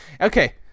Okay